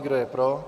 Kdo je pro?